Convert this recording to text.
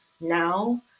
now